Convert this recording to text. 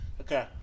okay